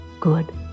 Good